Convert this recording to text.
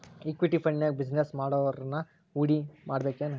Equity ಫಂಡ್ನ್ಯಾಗ business ಮಾಡೊವ್ರನ ಹೂಡಿಮಾಡ್ಬೇಕೆನು?